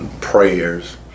prayers